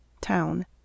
Town